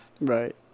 right